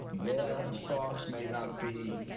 their thoughts may not be